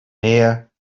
more